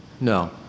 No